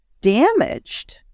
damaged